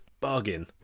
bargain